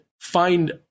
find